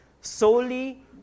solely